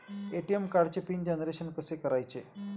ATM कार्डचे pin generation कसे करायचे?